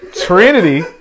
trinity